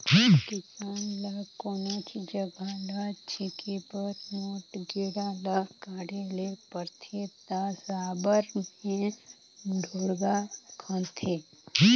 किसान ल कोनोच जगहा ल छेके बर मोट गेड़ा ल गाड़े ले परथे ता साबर मे ढोड़गा खनथे